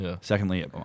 Secondly